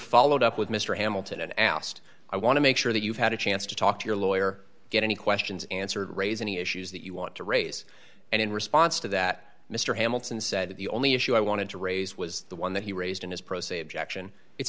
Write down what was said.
followed up with mr hamilton and asked i want to make sure that you've had a chance to talk to your lawyer get any questions answered raise any issues that you want to raise and in response to that mr hamilton said that the only issue i wanted to raise was the one that he raised in his pro se objection it's